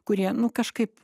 kurie kažkaip